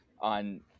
on